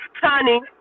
honey